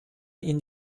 ihnen